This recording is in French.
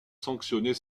sanctionner